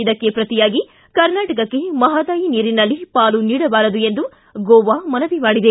ಇದಕ್ಕೆ ಪ್ರತಿಯಾಗಿ ಕರ್ನಾಟಕಕ್ಕೆ ಮಹದಾಯಿ ನೀರಿನಲ್ಲಿ ಪಾಲು ನೀಡಬಾರದು ಎಂದು ಗೋವಾ ಮನವಿ ಮಾಡಿದೆ